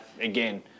again